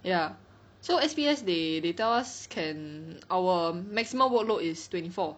ya so S_P_S they they tell us can our maximum workload is twenty four